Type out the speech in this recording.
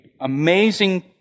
amazing